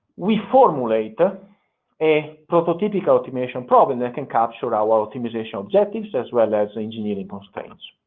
we formulate ah a prototypical optimization problem that can capture our optimization objectives, as well as engineering constraints.